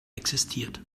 existiert